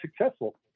successful